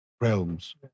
realms